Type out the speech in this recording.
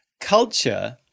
Culture